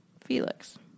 Felix